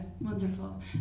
wonderful